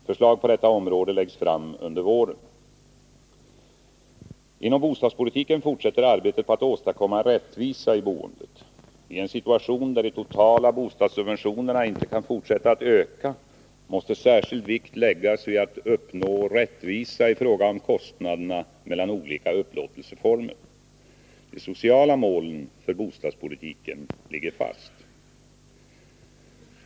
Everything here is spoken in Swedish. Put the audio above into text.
Förslag på detta område läggs fram under våren. Inom bostadspolitiken fortsätter arbetet på att åstadkomma rättvisa i boendet. I en situation när de totala bostadssubventionerna inte kan fortsätta att öka måste särskild vikt läggas vid att uppnå rättvisa i fråga om kostnaderna mellan olika upplåtelseformer. De sociala målen för bostadspolitiken ligger fast.